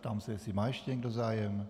Ptám se, jestli má ještě někdo zájem.